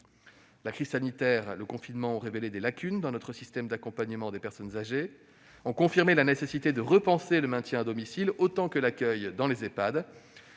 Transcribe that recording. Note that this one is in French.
La crise sanitaire et le confinement ont révélé les lacunes de notre système d'accompagnement des personnes âgées, en confirmant la nécessité de repenser le maintien à domicile autant que l'accueil dans les Ehpad.